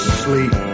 sleep